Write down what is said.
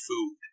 food